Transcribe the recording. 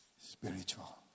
spiritual